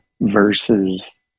versus